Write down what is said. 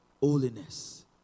holiness